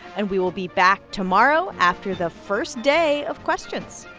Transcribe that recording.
and we will be back tomorrow after the first day of questions.